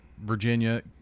Virginia